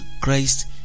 Christ